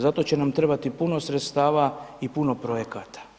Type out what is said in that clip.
Za to će nam trebati puno sredstava i puno projekata.